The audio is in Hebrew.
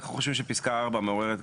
אנחנו חושבים שפסקה (4) מעוררת,